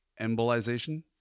embolization